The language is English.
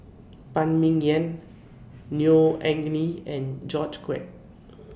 Phan Ming Yen Neo Anngee and George Quek